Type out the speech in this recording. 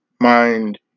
mind